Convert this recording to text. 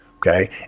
Okay